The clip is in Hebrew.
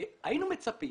היינו מצפים